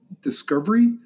discovery